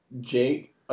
jake